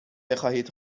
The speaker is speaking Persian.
بخواهید